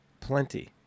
plenty